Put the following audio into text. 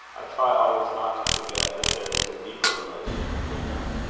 i try always not to forget that there is a deeper relation between us.